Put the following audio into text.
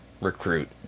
recruit